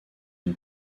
une